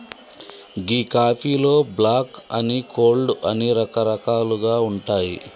గీ కాఫీలో బ్లాక్ అని, కోల్డ్ అని రకరకాలుగా ఉంటాయి